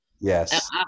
Yes